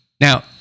Now